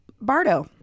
Bardo